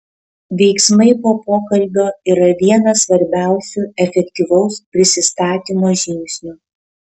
veiksmai po pokalbio yra vienas svarbiausių efektyvaus prisistatymo žingsnių